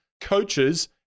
coaches